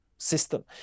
system